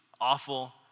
awful